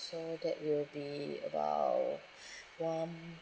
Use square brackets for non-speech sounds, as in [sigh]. so that will be about [breath] one